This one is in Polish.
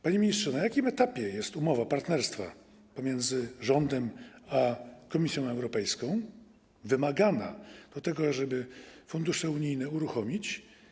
Panie ministrze, na jakim etapie jest umowa partnerstwa pomiędzy rządem a Komisją Europejską, wymagana do tego, żeby fundusze unijne uruchomić?